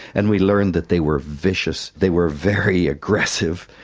and we learned that they were vicious, they were very aggressive,